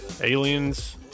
aliens